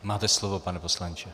Máte slovo, pane poslanče.